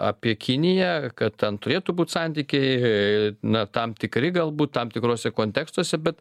apie kiniją kad ten turėtų būt santykiai na tam tikri galbūt tam tikruose kontekstuose bet